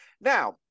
now